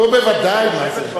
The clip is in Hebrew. נו בוודאי, מה זה.